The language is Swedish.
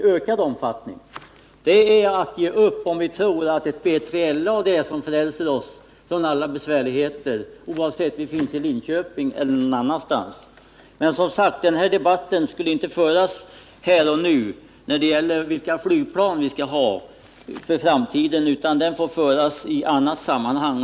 Det är liktydigt med att ge upp om vi tror att BILA är det som frälser oss från alla besvärligheter oavsett om vi bor i Linköping eller någon annanstans. Men, som sagt, debatten om vilka flygplan vi skall ha i framtiden skall inte föras här och nu, utan den får föras i annat sammanhang.